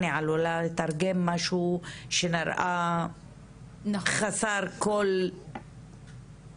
אני עלולה לתרגם משהו שנראה חסר כל תוכן.